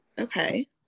Okay